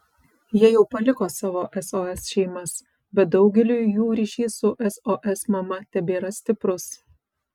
jie jau paliko savo sos šeimas bet daugeliui jų ryšys su sos mama tebėra stiprus